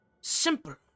Simple